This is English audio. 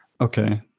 Okay